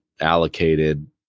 allocated